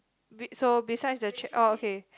be so besides the ch~ oh okay